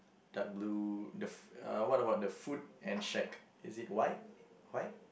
dark blue the f~ uh what about the food and shack is it white white